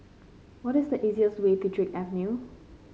what is the easiest way to Drake Avenue